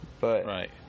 Right